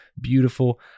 beautiful